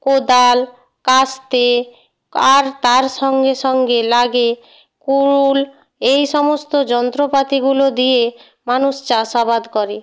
কোদাল কাস্তে আর তার সঙ্গে সঙ্গে লাগে কুড়ুল এই সমস্ত যন্ত্রপাতিগুলো দিয়ে মানুষ চাষাবাদ করে